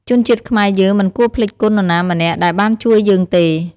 ជនជាតិខ្មែរយើងមិនគួរភ្លេចគុណនរណាម្នាក់ដែលបានជួយយើងទេ។